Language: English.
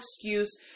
excuse